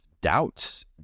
doubts